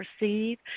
receive